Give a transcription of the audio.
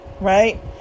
Right